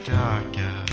darker